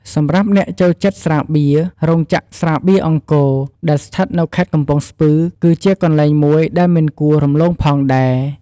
សម្រាប់អ្នកចូលចិត្តស្រាបៀរ រោងចក្រស្រាបៀរអង្គរ ដែលស្ថិតនៅខេត្តកំពង់ស្ពឺ គឺជាកន្លែងមួយដែលមិនគួររំលងផងដែរ។